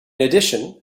addition